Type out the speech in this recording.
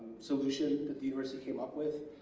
solution that the university came up with